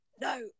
no